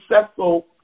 successful